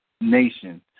nation